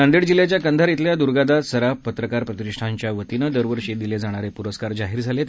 नांदेड जिल्ह्याच्या कंधार इथल्या दुर्गादास सराफ पत्रकार प्रतिष्ठानच्या वतीनं दरवर्षी दिले जाणारे पुरस्कार जाहीर झाले आहेत